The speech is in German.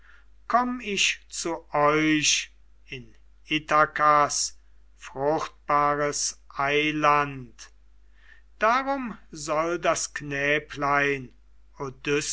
komm ich zu euch in ithakas fruchtbares eiland darum soll das knäblein